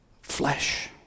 Flesh